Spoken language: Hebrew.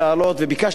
וביקשתי להעלות,